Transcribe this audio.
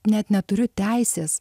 net neturiu teisės